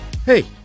Hey